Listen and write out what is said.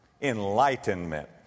Enlightenment